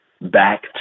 back